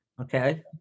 Okay